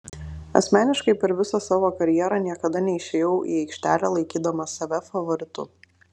asmeniškai per visą savo karjerą niekada neišėjau į aikštelę laikydamas save favoritu